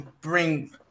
bring